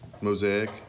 Mosaic